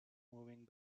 moving